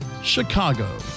Chicago